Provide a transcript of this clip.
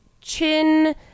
chin